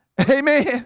Amen